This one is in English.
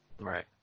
Right